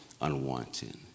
unwanted